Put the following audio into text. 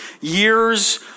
years